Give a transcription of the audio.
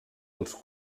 als